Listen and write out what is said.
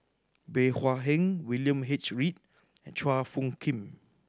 Bey Hua Heng William H Read and Chua Phung Kim